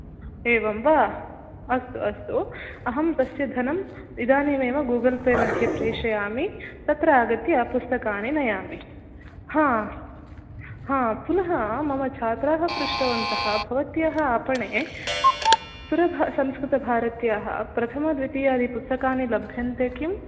एवं वा अस्तु अस्तु अहं तस्य धनम् इदानीमेव गूगल् पे मध्ये प्रेषयामि तत्र आगत्य पुस्तकानि नयामि हा हा पुनः मम छात्राः पृष्टवन्तः भवत्याः आपणे सुरभार संस्कृतभारत्याः प्रथमा द्वितीयादि पुस्तकानि लभ्यन्ते किम्